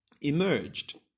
emerged